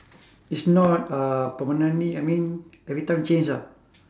is not uh permanently I mean everytime change ah